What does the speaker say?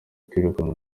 kwirukanwa